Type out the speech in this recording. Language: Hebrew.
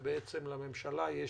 ובעצם לממשלה יש